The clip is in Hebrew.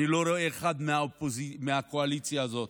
אני לא רואה אחד מהקואליציה הזאת,